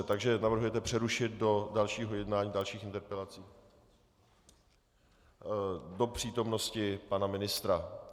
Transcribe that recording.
Takže navrhujete přerušit do dalšího jednání, dalších interpelací, do přítomnosti pana ministra.